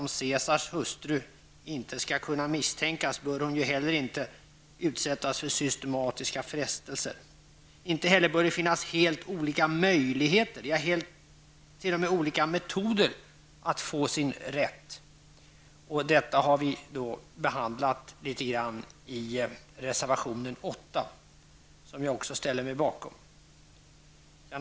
För att Caesars hustru inte skall kunna misstänkas bör hon inte heller utsättas för systematiska frestelser. Inte heller bör det finnas helt olika möjligheter, ja, t.o.m. olika metoder, när det gäller att hävda sin rätt. Detta tas upp i reservation 8, som jag ställer mig bakom.